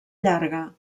llarga